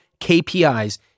KPIs